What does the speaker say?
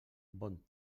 bon